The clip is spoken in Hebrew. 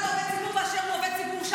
--- באשר הוא עובד ציבור.